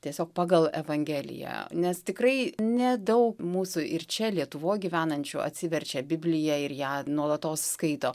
tiesiog pagal evangeliją nes tikrai ne daug mūsų ir čia lietuvoj gyvenančių atsiverčia bibliją ir ją nuolatos skaito